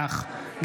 אריאל